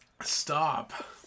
stop